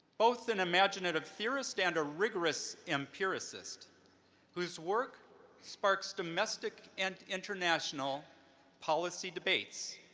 both an imaginative theorist and a rigorous empiricist whose work sparks domestic and international policy debates,